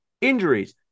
injuries